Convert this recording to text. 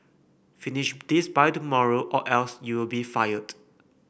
finish this by tomorrow or else you'll be fired